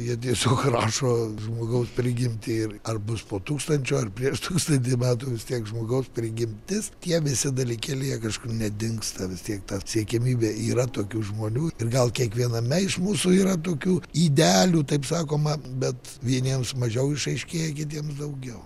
jie tiesiog rašo žmogaus prigimtį ir ar bus po tūkstančio ar prieš tūkstantį metų vis tiek žmogaus prigimtis tie visi dalykėliai jie kažkur nedingsta vis tiek ta siekiamybė yra tokių žmonių ir gal kiekviename iš mūsų yra tokių ydelių taip sakoma bet vieniems mažiau išaiškėja kitiems daugiau